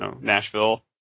nashville